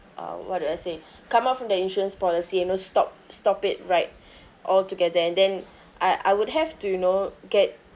uh what do I say come out from that insurance policy you know stop stop it right altogether and then I I would have to you know get